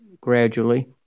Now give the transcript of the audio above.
gradually